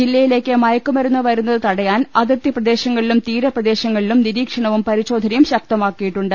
ജില്ലയിലേക്ക് മയക്കുമരുന്ന് വരു ന്നത് തടയാൻ അതിർത്തി പ്രദ്ദേശങ്ങളിലും തീരപ്രദേശങ്ങളിലും നിരീക്ഷണവും പരിശോധനയും ശക്തമാക്കിയിട്ടുണ്ട്